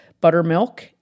buttermilk